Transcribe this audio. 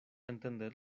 entender